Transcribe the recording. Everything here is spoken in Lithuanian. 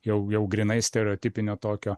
jau jau grynai stereotipinio tokio